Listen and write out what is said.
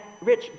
rich